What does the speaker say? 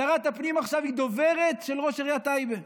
שרת הפנים עכשיו היא דוברת של ראש עיריית טייבה.